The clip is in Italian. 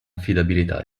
affidabilità